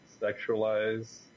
sexualize